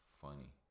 Funny